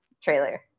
trailer